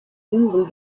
insel